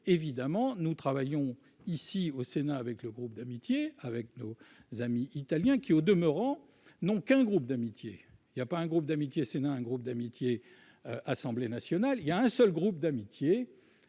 évidemment, nous travaillons ici au Sénat avec le groupe d'amitié avec nos amis italiens qui au demeurant n'ont qu'un groupe d'amitié, il y a pas un groupe d'amitié Sénat un groupe d'amitié, assemblée nationale il y a un seul groupe d'amitié